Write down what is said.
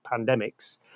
pandemics